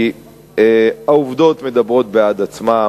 כי העובדות מדברות בעד עצמן.